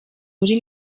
muri